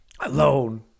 alone